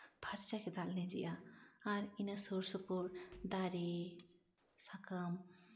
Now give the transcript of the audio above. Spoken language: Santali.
ᱯᱷᱟᱨᱪᱟ ᱜᱮ ᱫᱟᱜ ᱞᱤᱡᱤᱜᱼᱟ ᱟᱨ ᱤᱱᱟᱹ ᱥᱩᱨ ᱥᱩᱯᱩᱨ ᱫᱟᱨᱮ ᱥᱟᱠᱟᱢ